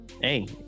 Hey